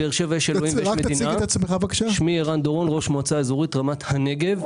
ראש מועצה אזורית רמת הנגב,